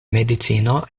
medicino